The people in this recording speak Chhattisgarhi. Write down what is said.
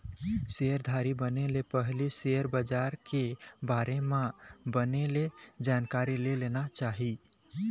सेयरधारी बने ले पहिली सेयर बजार के बारे म बने ले जानकारी ले लेना चाही